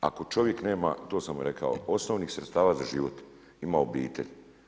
Ako čovjek, nema, to sam rekao, osnovnih sredstava za život, ima obitelj.